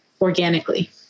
organically